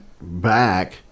back